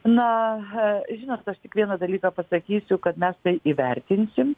na žinot aš tik vieną dalyką pasakysiu kad mes tai įvertinsim